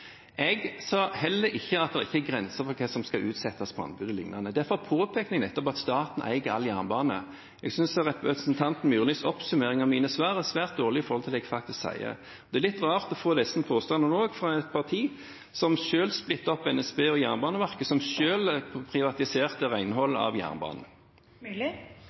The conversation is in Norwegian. Jeg sa heller ikke at det ikke er en grense for hva som skal settes ut på anbud o.l. Derfor påpekte jeg nettopp at staten eier all jernbane. Jeg synes representanten Myrlis oppsummering av mine svar er svært dårlig i forhold til det jeg faktisk sier. Det er litt rart å få disse påstandene fra et parti som selv splittet opp NSB og Presidenten: Jernbaneverket, og som selv privatiserte renholdet av